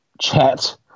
chat